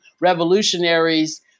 revolutionaries